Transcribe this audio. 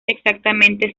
exactamente